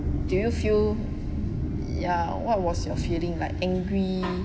do you feel ya what was your feeling like angry